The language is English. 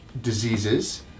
diseases